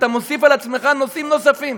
אתה מוסיף על עצמך נושאים נוספים,